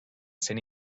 sent